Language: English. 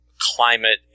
climate